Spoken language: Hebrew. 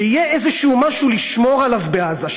שיהיה איזה משהו לשמור עליו בעזה.